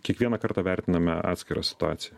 kiekvieną kartą vertiname atskirą situaciją